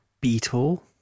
Beetle